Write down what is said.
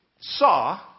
saw